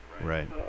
Right